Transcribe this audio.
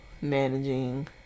managing